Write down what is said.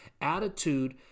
attitude